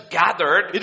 gathered